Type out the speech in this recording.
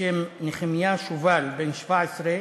בשם נחמיה שובל, בן 17,